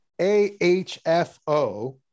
AHFO